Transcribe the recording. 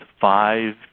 five